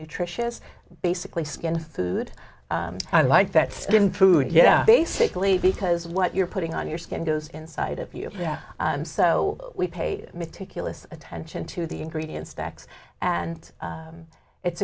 nutritious basically skin food i like that skin food yeah basically because what you're putting on your skin goes inside of you yeah so we pay meticulous attention to the ingredients stacks and it's